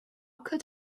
could